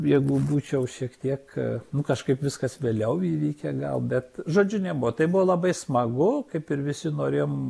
jeigu būčiau šiek tiek nu kažkaip viskas vėliau įvykę gal bet žodžiu nebuvo tai buvo labai smagu kaip ir visi norėjom